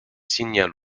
signale